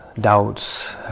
doubts